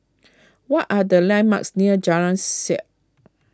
what are the landmarks near Jalan Siap